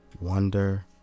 wonder